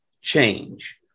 change